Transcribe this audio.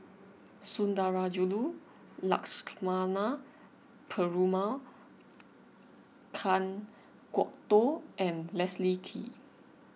Sundarajulu Lakshmana Perumal Kan Kwok Toh and Leslie Kee